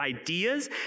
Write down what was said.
ideas